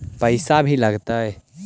पैसा भी लगतय?